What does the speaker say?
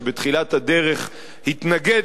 שבתחילת הדרך התנגד